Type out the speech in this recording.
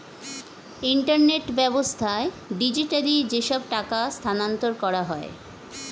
internet ব্যাবস্থায় digitally যেসব টাকা স্থানান্তর করা হয়